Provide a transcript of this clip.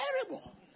terrible